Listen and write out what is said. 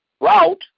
route